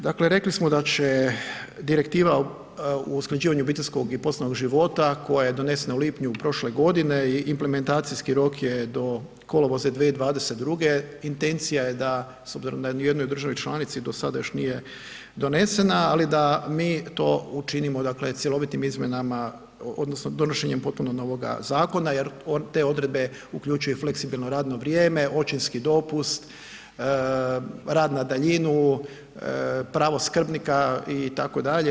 Dakle, rekli smo da će Direktiva o usklađivanju obiteljskog i poslovnog života koja je donesena u lipnju prošle godine i implementacijski rok je do kolovoza 2022., intencija je da, s obzirom da ni u jednoj državi članici do sada još nije donesena, ali da mi to učinimo, dakle cjelovitim izmjenama odnosno donošenjem potpuno novoga zakona jer te odredbe uključuju i fleksibilno radno vrijeme, očinski dopust, rad na daljinu, pravo skrbnika itd.